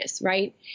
right